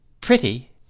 Pretty